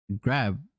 grab